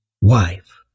Wife